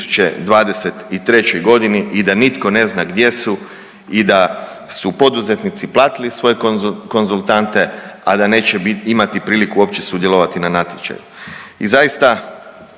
2023. g. i da nitko ne zna gdje su i da su poduzetnici platili svoje konzultante, a da neće imati priliku uopće sudjelovati na natječaju